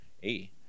Hey